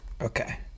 Okay